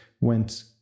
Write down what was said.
went